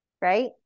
right